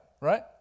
Right